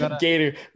gator